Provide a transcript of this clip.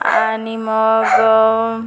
आणि मग